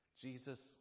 Jesus